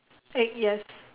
egg yes